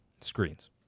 screens